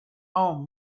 home